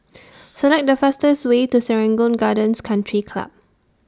Select The fastest Way to Serangoon Gardens Country Club